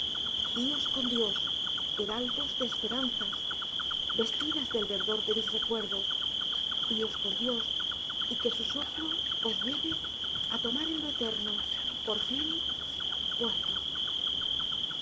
con dios heraldos de esperanzas vestidas del verdor de mis recuerdos ios con dios y que su soplo os lleve á tomar en lo eterno por fin